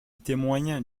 témoigne